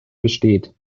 besteht